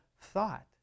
thought